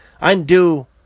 undo